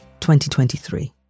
2023